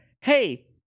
hey